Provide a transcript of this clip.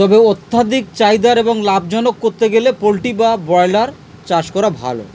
তবে অত্যাধিক চাহিদার এবং লাভজনক করতে গেলে পোলট্রি বা ব্রয়লার চাষ করা ভালো